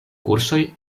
kursoj